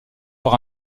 par